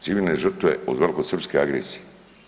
Civilne žrtve od velikosrpske agresije.